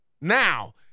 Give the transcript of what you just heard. Now